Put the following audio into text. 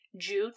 jute